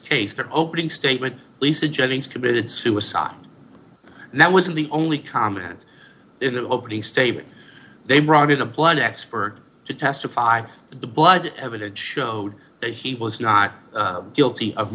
case their opening statement lisa jennings committed suicide that wasn't the only comment in the opening statement they brought in a blood expert to testify the blood evidence showed that he was not guilty of